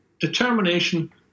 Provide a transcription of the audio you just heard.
determination